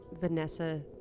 Vanessa